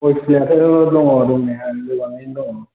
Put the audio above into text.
गय फुलियाथ' दङ दंनाया गोबाङैनो दं